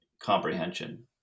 comprehension